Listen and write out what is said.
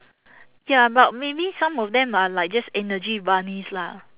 ya but maybe some of them are like just energy bunnies lah